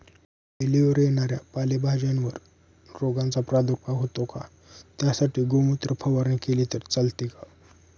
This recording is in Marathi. वेलीवर येणाऱ्या पालेभाज्यांवर रोगाचा प्रादुर्भाव होतो का? त्यासाठी गोमूत्र फवारणी केली तर चालते का?